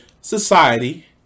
society